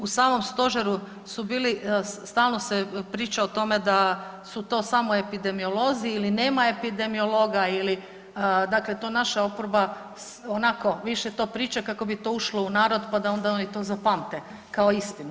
U samom stožeru su bili, stalno se priča o tome da su to samo epidemiolozi ili nema epidemiologa ili dakle to naša oporba onako više to priča kako bi ušlo u narod pa da oni to zapamte kao istinu.